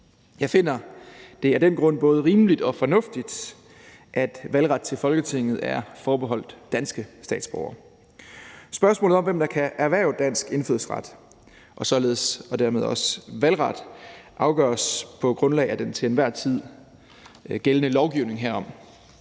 Jeg finder, at det af den grund både er rimeligt og fornuftigt, at valgret til Folketinget er forbeholdt danske statsborgere Spørgsmålet om, hvem der kan erhverve dansk indfødsret og dermed også valgret, afgøres på grundlag af den til enhver tid gældende lovgivning herom.